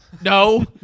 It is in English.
No